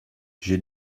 j’ai